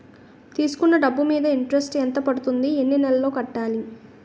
తీసుకున్న డబ్బు మీద ఇంట్రెస్ట్ ఎంత పడుతుంది? ఎన్ని నెలలో కట్టాలి?